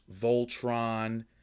Voltron